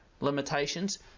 limitations